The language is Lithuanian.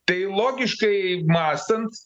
tai logiškai mąstant